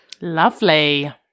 Lovely